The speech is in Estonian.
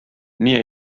nii